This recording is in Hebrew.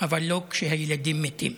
אבל לא כשהילדים מתים.